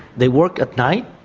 they work at night.